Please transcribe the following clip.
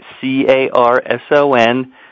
C-A-R-S-O-N